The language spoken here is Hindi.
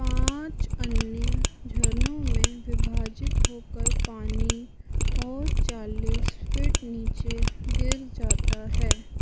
पाँच अन्य झरनों में विभाजित होकर पानी और चालीस फीट नीचे गिर जाता है